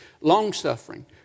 long-suffering